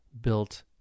built